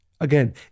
Again